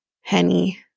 henny